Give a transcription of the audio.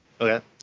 okay